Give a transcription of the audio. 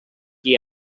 qui